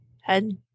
head